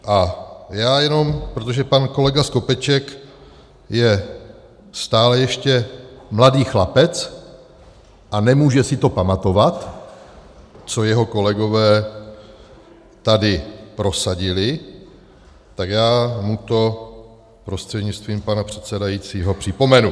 A já jenom, protože pan kolega Skopeček je stále ještě mladý chlapec a nemůže si to pamatovat, co jeho kolegové tady prosadili, tak já mu to prostřednictvím pana předsedajícího připomenu.